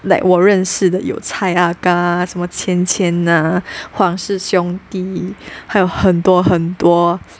like 我认识的有蔡阿干什么芊芊哪王氏兄弟还有很多很多